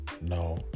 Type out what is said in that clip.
no